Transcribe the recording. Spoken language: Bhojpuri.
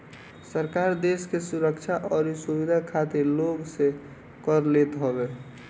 सरकार देस के सुरक्षा अउरी सुविधा खातिर लोग से कर लेत हवे